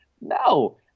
No